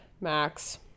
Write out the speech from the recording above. Max